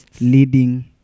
leading